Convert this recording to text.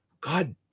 God